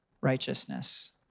righteousness